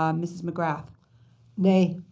um ms. mcgrath nay.